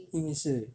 因为是